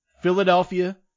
Philadelphia